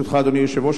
אדוני היושב-ראש,